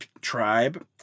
tribe